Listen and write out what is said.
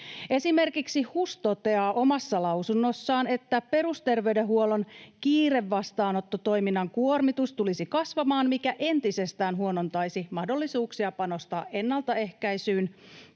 Esimerkiksi HUS toteaa omassa lausunnossaan: ”Perusterveydenhuollon kiirevastaanottotoiminnan kuormitus tulisi kasvamaan, mikä entisestään huonontaisi mahdollisuuksia panostaa ennaltaehkäisyyn,